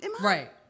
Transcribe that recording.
Right